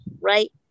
right